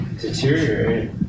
deteriorate